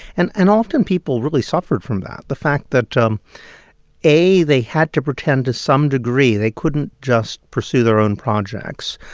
and and often people really suffered from that, the fact that, um a, they had to pretend to some degree, they couldn't just pursue their own projects,